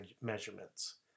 measurements